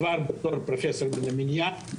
כבר בתור פרופסור מן המניין.